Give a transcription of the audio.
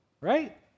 right